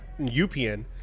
UPN